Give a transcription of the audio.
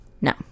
No